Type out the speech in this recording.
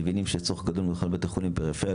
מבינים שיש צורך גדול במיוחד בבתי החולים בפריפריה,